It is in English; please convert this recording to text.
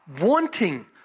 wanting